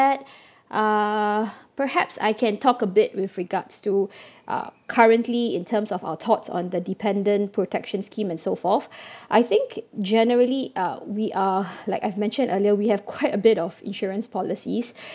uh perhaps I can talk a bit with regards to uh currently in terms of our thoughts on the dependant protection scheme and so forth I think generally we are like I've mentioned earlier we have quite a bit of insurance policies